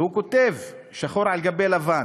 והוא כותב שחור על גבי לבן: